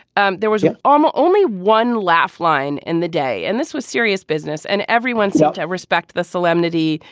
and there was um ah only one laugh line in the day and this was serious business and everyone's out. i respect the solemnity.